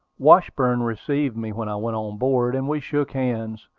washburn received me when i went on board, and we shook hands,